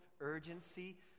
urgency